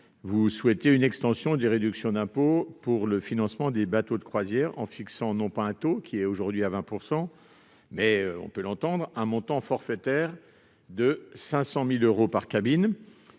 Vous souhaitez une extension des réductions d'impôt pour le financement des bateaux de croisière, en fixant non pas un taux, aujourd'hui à 20 %, mais- cela s'entend -un montant forfaitaire de 500 000 euros par cabine.